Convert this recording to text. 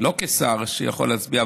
לא כשׂר שיכול להצביע,